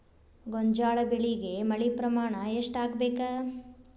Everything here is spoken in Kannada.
ಗೋಂಜಾಳ ಬೆಳಿಗೆ ಮಳೆ ಪ್ರಮಾಣ ಎಷ್ಟ್ ಆಗ್ಬೇಕ?